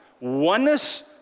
Oneness